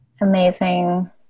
amazing